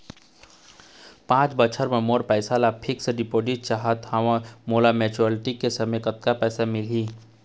पांच बछर बर मोर पैसा ला फिक्स डिपोजिट चाहत हंव, मोला मैच्योरिटी के समय कतेक पैसा मिल ही?